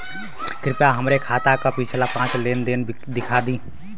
कृपया हमरे खाता क पिछला पांच लेन देन दिखा दी